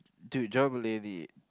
dude John-Mulaney